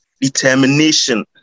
determination